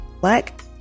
Black